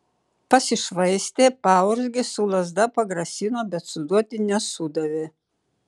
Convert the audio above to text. pasišvaistė paurzgė su lazda pagrasino bet suduoti nesudavė